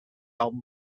album